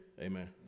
Amen